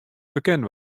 bekend